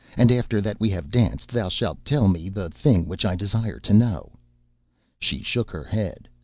and after that we have danced thou shalt tell me the thing which i desire to know she shook her head.